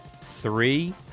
three